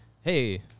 Hey